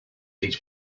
each